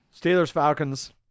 Steelers-Falcons